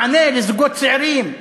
מענה לזוגות צעירים,